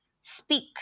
speak